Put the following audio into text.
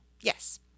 Yes